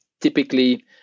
typically